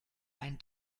ein